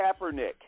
Kaepernick